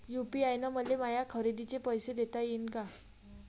UPI न मले माया खरेदीचे पैसे देता येईन का?